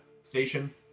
station